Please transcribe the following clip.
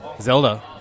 Zelda